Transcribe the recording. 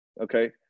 Okay